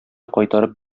кайтарып